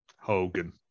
Hogan